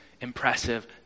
impressive